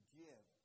give